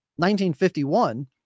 1951